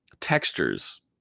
textures